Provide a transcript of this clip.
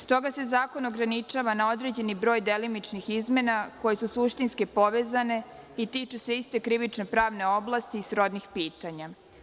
Stoga se zakon ograničava na određeni broj delimičnih izmena koje su suštinski povezane i tiču se iste krivične pravne oblasti i srodnih pitanja.